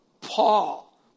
Paul